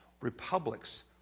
Republics